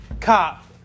cop